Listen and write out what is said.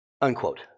Unquote